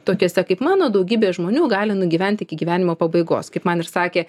tokiuose kaip mano daugybė žmonių gali nugyventi iki gyvenimo pabaigos kaip man ir sakė